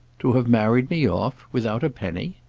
to have married me off without a penny?